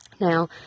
Now